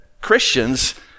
Christians